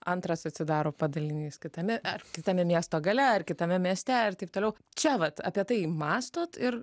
antras atsidaro padalinys kitame ar kitame miesto gale ar kitame mieste ir taip toliau čia vat apie tai mąstot ir